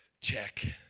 Check